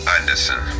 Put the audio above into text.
Anderson